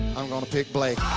i'm gonna pick blake.